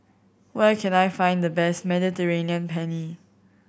where can I find the best Mediterranean Penne